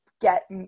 get